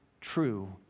true